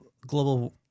global